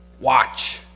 Watch